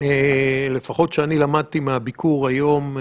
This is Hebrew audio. לפחות שאני למדתי מהביקור היום,